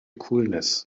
coolness